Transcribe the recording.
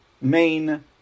main